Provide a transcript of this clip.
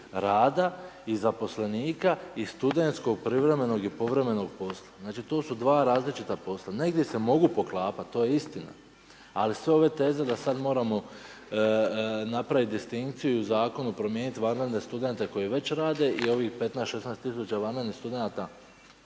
rada i zaposlenika i studentskog privremenog i povremenog posla. Znači to su dva različita posla. Negdje se mogu poklapat, to je istina ali sve ove teze da sad moramo napraviti distinkciju i u zakonu promijeniti za vanredne studente koji već rade i ovih 15, 16 000 vanrednih studenata